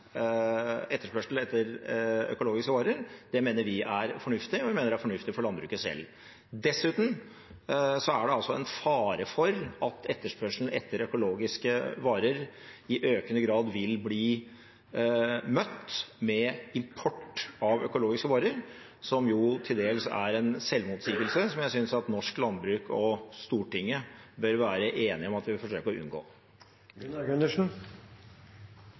etterspørsel etter økologiske varer, mener vi er fornuftig, og vi mener det er fornuftig for landbruket selv. Dessuten er det fare for at etterspørselen etter økologiske varer i økende grad vil bli møtt med import av økologiske varer – som jo til dels er en selvmotsigelse – som jeg synes at norsk landbruk og Stortinget bør være enige om at vi vil forsøke å unngå.